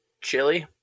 chili